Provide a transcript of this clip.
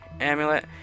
amulet